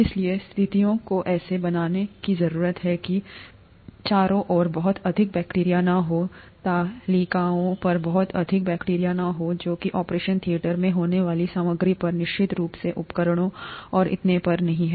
इसलिए स्थितियों को ऐसे बनाने की जरूरत है कि चारों ओर बहुत अधिक बैक्टीरिया न हों तालिकाओं पर बहुत अधिक बैक्टीरिया न हों जो कि ऑपरेशन थिएटर में होने वाली सामग्री पर निश्चित रूप से उपकरणों और इतने पर नहीं है